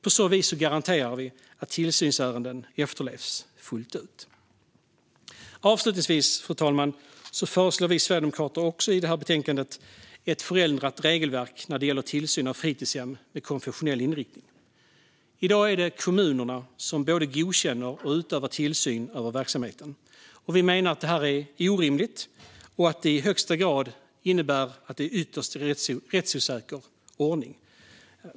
På så vis garanterar vi att tillsynsärenden efterlevs fullt ut. Avslutningsvis, fru talman, föreslår vi sverigedemokrater i betänkandet ett förändrat regelverk när det gäller tillsyn av fritidshem med konfessionell inriktning. I dag är det kommunerna som både godkänner och utövar tillsyn över verksamheten. Vi menar att detta är orimligt och att det i högsta grad innebär en ytterst rättsosäker ordning.